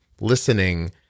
listening